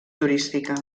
turística